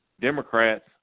Democrats